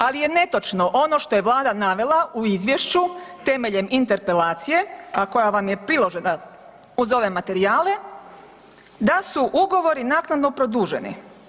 Ali je netočno ono što je vlada navela u izvješću temeljem interpelacije, a koja vam je priložena uz ove materijale, da su ugovori naknadno produženi.